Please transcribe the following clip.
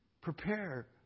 Prepare